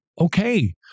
Okay